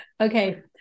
Okay